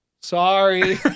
sorry